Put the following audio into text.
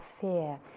fear